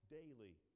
daily